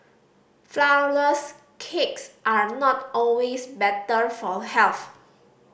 flourless cakes are not always better for health